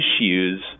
issues